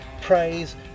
praise